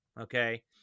okay